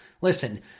Listen